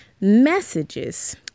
messages